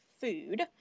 food